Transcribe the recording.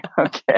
Okay